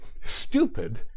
stupid